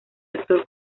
actor